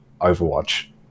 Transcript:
Overwatch